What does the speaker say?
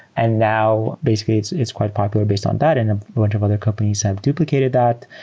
and now basically it's it's quite popular based on that and a bunch of other companies have duplicated that,